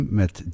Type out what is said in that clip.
met